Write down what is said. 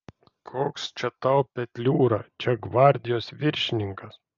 koks čia tau petliūra čia gvardijos viršininkas